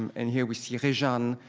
and here we see rejane,